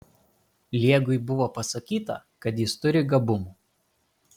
liegui buvo pasakyta kad jis turi gabumų